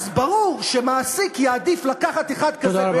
ברור שמעסיק יעדיף לקחת אחד כזה,